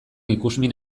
ikusmin